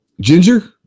Ginger